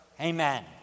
Amen